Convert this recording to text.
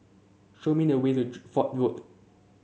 show me the way to Fort Road